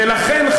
ולכן,